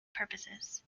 purposes